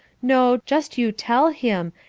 no, just you tell him,